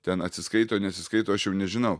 ten atsiskaito neatsiskaito aš jau nežinau